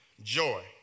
joy